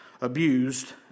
abused